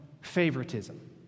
favoritism